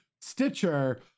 stitcher